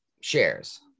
shares